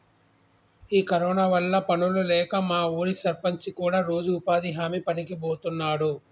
ఈ కరోనా వల్ల పనులు లేక మా ఊరి సర్పంచి కూడా రోజు ఉపాధి హామీ పనికి బోతున్నాడు